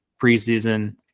preseason